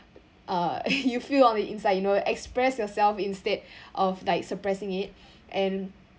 uh you feel on the inside you know uh express yourself instead of like suppressing it and